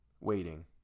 waiting